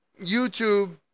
YouTube